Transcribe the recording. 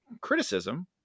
criticism